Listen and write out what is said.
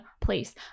place